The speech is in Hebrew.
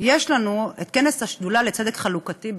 אלינו יש כנס השדולה לצדק חלוקתי,